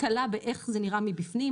קלה איך זה נראה מבפנים.